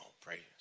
Praise